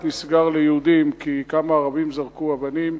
נסגר ליהודים כי כמה ערבים זרקו אבנים.